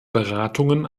beratungen